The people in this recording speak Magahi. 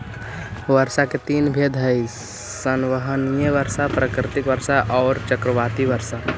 वर्षा के तीन भेद हई संवहनीय वर्षा, पर्वतकृत वर्षा औउर चक्रवाती वर्षा